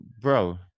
bro